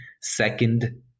second